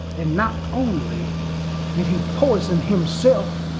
and not only did he poison himself.